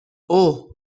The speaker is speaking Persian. اوه